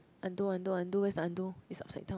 undo undo undo where's the undo it's upside down